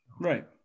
right